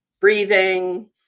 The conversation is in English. breathing